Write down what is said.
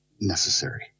necessary